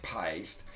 paste